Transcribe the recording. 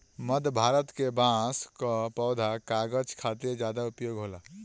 मध्य भारत के बांस कअ पौधा कागज खातिर ज्यादा उपयोग होला